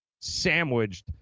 sandwiched